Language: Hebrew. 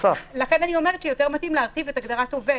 לכן אני אומרת שיותר מתאים להרחיב את הגדרת העובד.